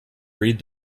read